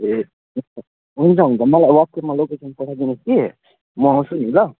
ए हुन्छ हुन्छ मलाई वाट्सएपमा लोकेसन पठाइदिनुहोस् कि म आउँछु नि ल